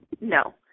No